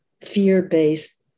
fear-based